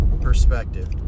perspective